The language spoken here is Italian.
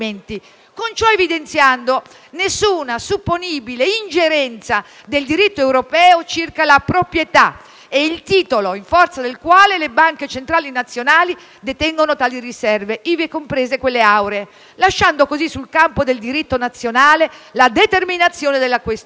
con ciò nessuna supponibile ingerenza del diritto europeo circa la proprietà e il titolo in forza del quale le banche centrali nazionali detengono tali riserve, ivi comprese quelle auree. Si lascia così sul campo del diritto nazionale la determinazione della questione.